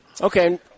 Okay